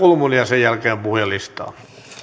kulmuni ja sen jälkeen puhujalistaan